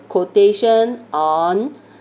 quotation on